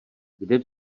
kde